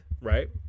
right